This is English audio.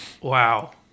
Wow